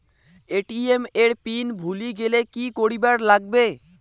ATM এর pin ভুলি গেলে কি করিবার লাগবে?